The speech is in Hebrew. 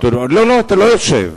לא לא, אתה לא יושב.